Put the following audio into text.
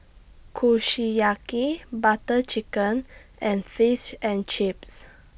Kushiyaki Butter Chicken and Fish and Chips